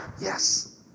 yes